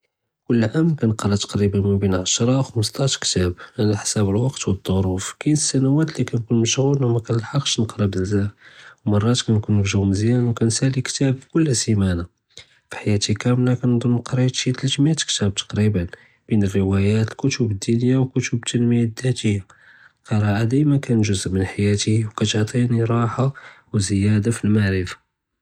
כֻּל עָאם קַנְקְרָא תְּקְרִיבָן מַבֵּין עֲשָׂרָה, חַמְשְׁטַאש כִּתּאב עַל חֲשַב אֶל-וַקְת וְאֶל-צּוּרוּף. קַאין סַנַאוָאת לִי קַאנְכּוּן מְשַׁغּוּל וּמָאקַנְלַחְּש נְקְרָא בְּזַאף וּמָרַאת קַאנְכּוּן פִי גּוּ וּמְזְיָאן וְקַנְסַלִי כִּתּאב כֻּלָּה סִימָאנָה פִי חַיַאתִי כַּמְלָה קַנְדֻנּ קְרִית שִי תְּלְתּמִיַאת כִּתּאב תְּקְרִיבָן בֵּין אֶל-רוּאַאיָאת, אֶל-כּתּוּב אֶל-דִּינִיַּה וּכּתּוּב אֶל-תַּנמִיַה אֶל-זַאתִיַּה. אֶל-קְרִיאָה דַּיְמָא קְנָת גּוּזء מִן חַיַאתִי וְקַתְעְטִינִי רָחָה וְזִיַּאדָה פִי אֶל-מַעְרִפָּה.